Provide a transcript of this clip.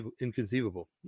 inconceivable